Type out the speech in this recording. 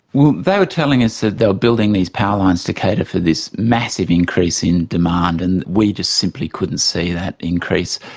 were telling us that they were building these power lines to cater for this massive increase in demand, and we just simply couldn't see that increase.